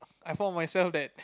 I found myself that